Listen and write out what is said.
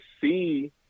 see